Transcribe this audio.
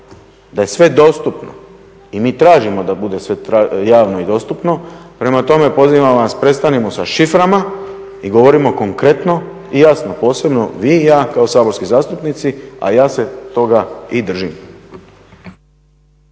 da je sve dostupno i mi tražimo da sve bude javno i dostupno. Prema tome, pozivam vas prestanimo sa šiframa i govorimo konkretno i jasno posebno vi i ja kao saborski zastupnici, a ja se toga i držim.